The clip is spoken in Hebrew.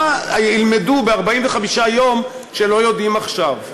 מה ילמדו ב-45 יום שלא יודעים עכשיו?